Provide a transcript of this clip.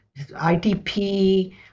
ITP